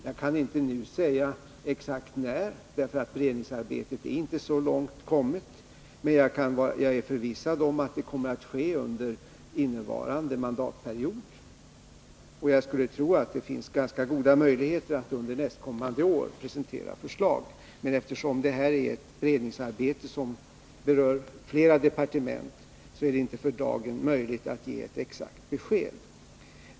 Jag kan inte nu säga exakt när, för beredningsarbetet är inte så långt kommet, men jag är förvissad om att det kommer att ske under innevarande mandatperiod. Jag skulle tro att det finns goda möjligheter att under nästkommande år presentera förslag. Men eftersom detta är ett beredningsarbete som berör flera departement är det inte för dagen möjligt att ge exakt besked.